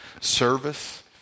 service